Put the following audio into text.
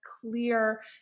clear